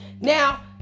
now